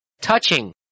touching